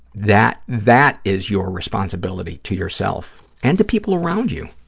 that that is your responsibility to yourself, and to people around you.